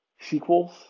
sequels